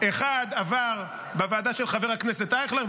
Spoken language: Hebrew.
אחד עבר בוועדה של חבר הכנסת אייכלר,